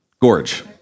Gorge